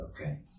okay